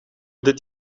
dit